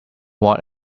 what